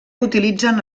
utilitzen